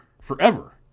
forever